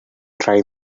drive